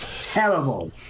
Terrible